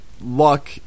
luck